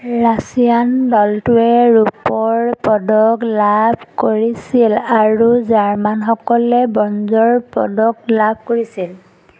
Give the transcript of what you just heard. Russian দলটোৱে ৰূপৰ পদক লাভ কৰিছিল আৰু জাৰ্মানসকলে ব্ৰঞ্জৰ পদক লাভ কৰিছিল